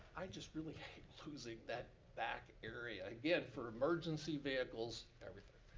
i just really hate losing that back area, again, for emergency vehicles, everything.